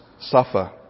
suffer